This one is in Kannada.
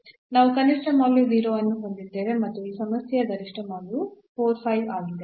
ನಾವು ಕನಿಷ್ಟ ಮೌಲ್ಯ 0 ಅನ್ನು ಹೊಂದಿದ್ದೇವೆ ಮತ್ತು ಈ ಸಮಸ್ಯೆಯ ಗರಿಷ್ಠ ಮೌಲ್ಯವು 45 ಆಗಿದೆ